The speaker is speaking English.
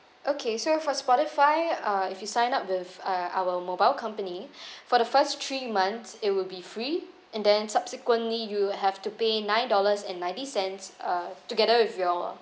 okay so for spotify uh if you sign up with uh our mobile company for the first three months it will be free and then subsequently you have to pay nine dollars and ninety cents uh together with your